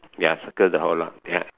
ya circle the whole lot ya